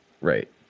right